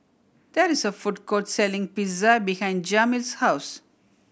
there is a food court selling Pizza behind Jamil's house